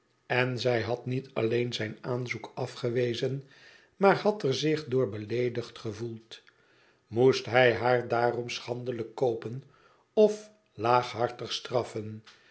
en zij had niet alleen zijn aanzoek afgewezen maar had er zich door beleedigd gevoeld moest hij haar daarom schandelijk koopen of laaghartig strafifen